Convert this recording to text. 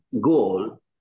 goal